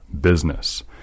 business